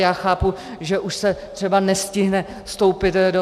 Já chápu, že už se třeba nestihne vstoupit do eura.